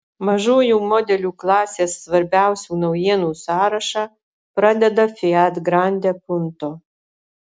mažųjų modelių klasės svarbiausių naujienų sąrašą pradeda fiat grande punto